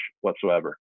whatsoever